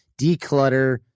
declutter